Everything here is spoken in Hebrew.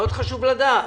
מאוד חשוב לדעת.